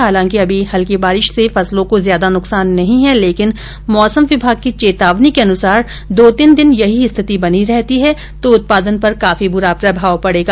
हालांकि अभी हल्की बारिश से फसलों को ज्यादा नुकसान नहीं है लेकिन मौसम विभाग की चेतावनी के अनुसार दो तीन दिन यही स्थिति बनी रहती है तो उत्पादन पर काफी बुरा प्रभाव पड़ेगा